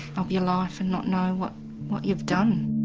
of your life and not know what what you've done.